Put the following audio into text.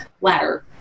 ladder